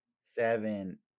seven